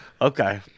Okay